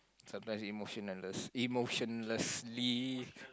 sometime emotionless emotionlessly